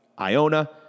Iona